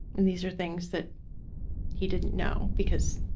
and these are things that he didn't know because